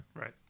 Right